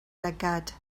lygaid